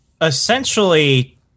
essentially